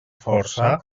força